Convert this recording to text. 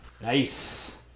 Nice